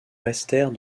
restèrent